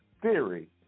Theory